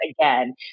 again